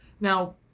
Now